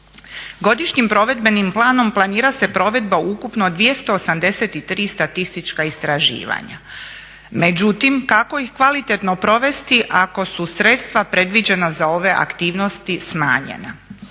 Godišnjim provedbenim planom planira se provedba ukupno 283 statistička istraživanja, međutim kako ih kvalitetno provesti ako su sredstva predviđena za ove aktivnosti smanjena.